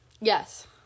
Yes